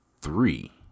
three